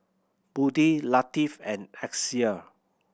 Budi Latif and Amsyar